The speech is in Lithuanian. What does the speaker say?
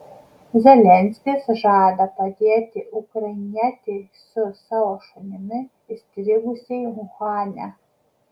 zelenskis žada padėti ukrainietei su savo šunimi įstrigusiai uhane